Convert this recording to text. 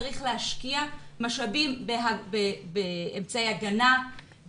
צריך להשקיע משאבים באמצעי הגנה,